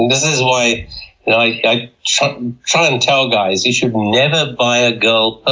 this is why i try and tell guys they should never buy a girl ah